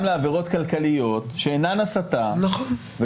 מפעילים גם לעבירות כלכליות שאינן הסתה.